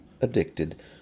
addicted